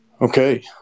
Okay